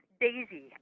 daisy